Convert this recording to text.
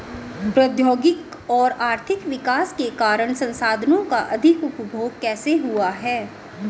प्रौद्योगिक और आर्थिक विकास के कारण संसाधानों का अधिक उपभोग कैसे हुआ है?